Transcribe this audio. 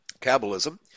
Kabbalism